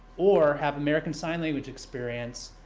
or have american sign language experience,